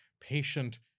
patient